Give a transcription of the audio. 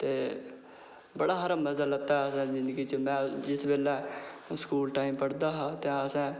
ते बड़ा सारा मज़ा लैता असें जिंदगी बिच में जिस बेल्लै में स्कूल टाईम पढ़दा हा ते असें